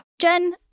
Jen